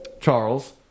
Charles